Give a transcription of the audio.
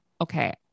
Okay